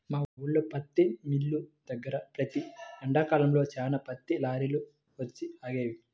మా ఊల్లో పత్తి మిల్లు దగ్గర ప్రతి ఎండాకాలంలో చాలా పత్తి లారీలు వచ్చి ఆగేవి